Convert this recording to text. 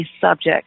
subject